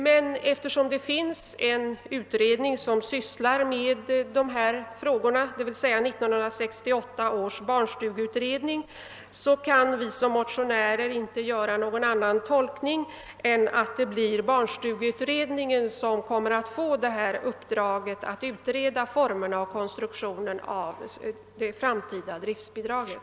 Men eftersom det finns en utredning som sysslar med dessa frågor, nämligen 1968 års barnstugeutredning, kan vi motionärer inte göra någon annan tolkning av utskottets uttalande än att det blir barnstugeutredningen som kommer att få uppdraget att utreda frågan om formerna för och konstruktionen av det framtida driftbidraget.